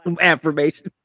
affirmation